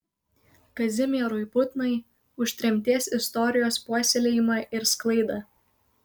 kazimierui putnai už tremties istorijos puoselėjimą ir sklaidą